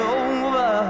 over